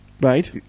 right